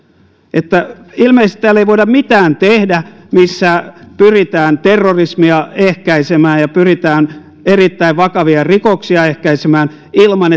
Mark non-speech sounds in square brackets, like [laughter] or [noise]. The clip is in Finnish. ilmeisesti täällä ei voida mitään tehdä missä pyritään terrorismia ehkäisemään ja pyritään erittäin vakavia rikoksia ehkäisemään ilman [unintelligible]